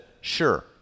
sure